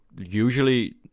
usually